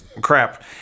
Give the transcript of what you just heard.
crap